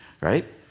right